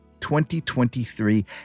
2023